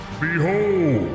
Behold